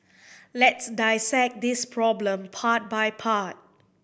let's dissect this problem part by part